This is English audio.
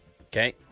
Okay